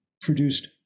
produced